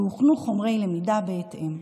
והוכנו חומרי למידה בהתאם.